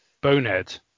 Bonehead